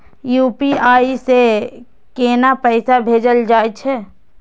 UPI से केना पैसा भेजल जा छे?